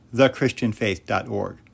thechristianfaith.org